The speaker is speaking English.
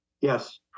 Yes